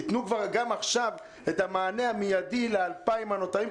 תנו גם עכשיו את המענה המידי ל-2,000 הנותרים,